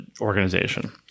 organization